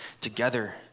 together